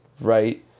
right